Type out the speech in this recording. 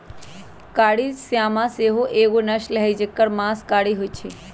कारी श्यामा सेहो एगो नस्ल हई जेकर मास कारी होइ छइ